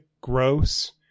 gross